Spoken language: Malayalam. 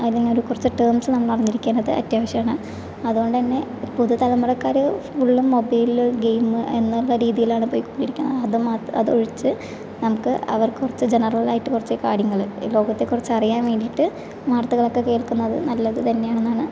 അതിനൊരു കുറച്ച് ടേർമ്സ് നമ്മൾ അറിഞ്ഞിരിക്കേണ്ടത് അത്യാവശ്യമാണ് അതോണ്ടന്നെ പുതു തലമുറക്കാർ ഫുള്ളും മൊബൈൽ ഗെയിം എന്നുള്ള രീതിയിലാണ് പോയ് കൊണ്ടിരിക്കുന്നത് അതുമാത്ര അതൊഴിച്ച് നമുക്ക് അവർക്ക് കുറച്ച് ജനറലായിട്ട് കുറച്ച് കാര്യങ്ങൾ ഈ ലോകത്തെക്കുറിച്ച് അറിയാൻ വേണ്ടീട്ട് വാർത്തകളൊക്കെ കേൾക്കുന്നത് നല്ലത് തന്നെയാണെന്നാണ്